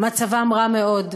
מצבם רע מאוד.